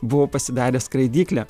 buvau pasidaręs skraidyklę